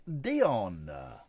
Dion